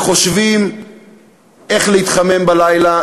שחושבים איך להתחמם בלילה,